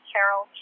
Carol